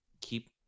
keep